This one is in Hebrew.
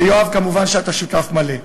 ויואב, מובן שאתה שותף מלא,